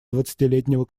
двадцатилетнего